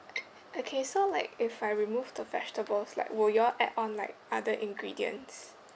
okay so like if I remove the vegetables like will you all add on like other ingredients